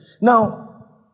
Now